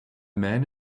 man